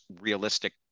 realistic